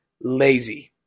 lazy